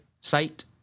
site